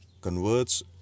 converts